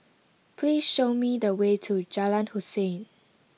please show me the way to Jalan Hussein